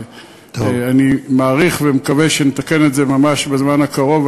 ואני מעריך ומקווה שנתקן את זה ממש בזמן הקרוב,